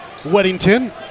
Weddington